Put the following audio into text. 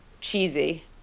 cheesy